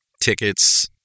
tickets